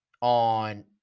on